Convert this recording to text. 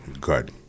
Good